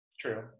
True